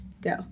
Go